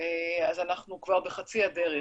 אז אנחנו כבר בחצי הדרך.